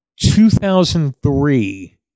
2003